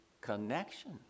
connection